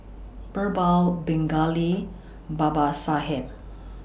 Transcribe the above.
Birbal Pingali Babasaheb